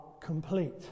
complete